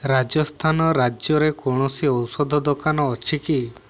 ରାଜସ୍ଥାନ ରାଜ୍ୟରେ କୌଣସି ଔଷଧ ଦୋକାନ ଅଛି କି